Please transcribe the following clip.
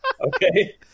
Okay